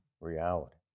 reality